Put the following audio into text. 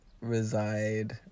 reside